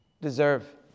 deserve